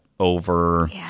over